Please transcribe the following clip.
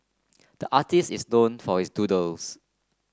the artist is known for his doodles